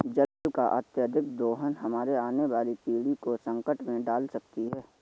जल का अत्यधिक दोहन हमारे आने वाली पीढ़ी को संकट में डाल सकती है